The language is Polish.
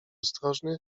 ostrożny